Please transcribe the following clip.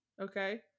okay